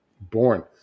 born